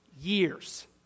years